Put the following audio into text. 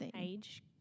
age